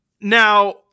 now